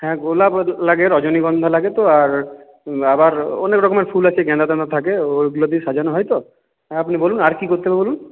হ্যাঁ গোলাপ লাগে রজনীগন্ধা লাগে তো আর আবার অনেক রকমের ফুল আছে গাঁদা টাদা থাকে ওইগুলো দিয়ে সাজানো হয় তো হ্যাঁ আপনি বলুন আর কী করতে হবে বলুন